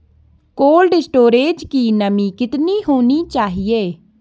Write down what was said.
Cold storage की नमी कितनी होनी चाहिए?